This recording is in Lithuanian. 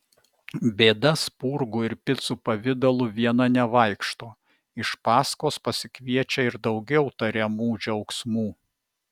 bėda spurgų ir picų pavidalu viena nevaikšto iš paskos pasikviečia ir daugiau tariamų džiaugsmų